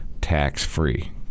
tax-free